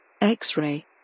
X-Ray